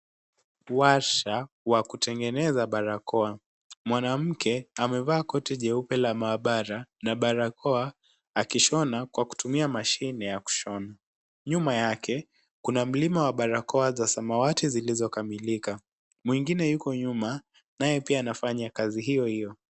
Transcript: Warsha wa kutengeneza barakoa. Mwanamke amevaa koti jeupe la maabara na barakoa akishona kwa kutumia mashine ya kushona. Nyuma yake, kuna mlima wa barakoa za samawti zilizo kamilika. Mwingine yuko nyuma pia anafanya kazi hiyo hiyo.